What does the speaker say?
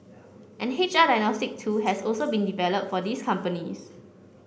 an H R diagnostic tool has also been developed for these companies